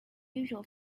usual